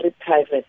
private